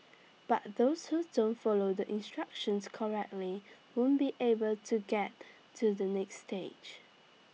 but those who don't follow the instructions correctly won't be able to get to the next stage